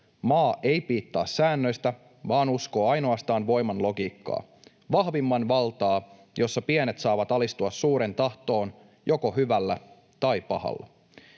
Maa ei piittaa säännöistä, vaan uskoo ainoastaan voiman logiikkaan, vahvimman valtaan, jossa pienet saavat alistua suuren tahtoon joko hyvällä tai pahalla.